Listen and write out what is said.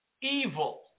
evil